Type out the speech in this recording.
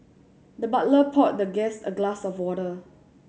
the butler poured the guest a glass of water